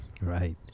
Right